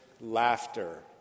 laughter